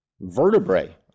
vertebrae